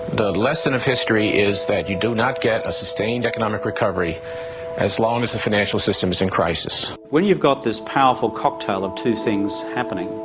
the lesson of history is that you do not get a sustained economic recovery as long as the financial system's in crisis. when you've got this powerful cocktail of two things happening,